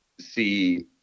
see